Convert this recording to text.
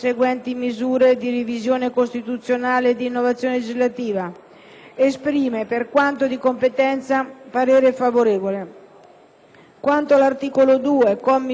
esprime, per quanto di competenza, parere favorevole. Quanto all'articolo 2, commi 3 e 4, il parere è favorevole a condizione che siano introdotte alcune modifiche.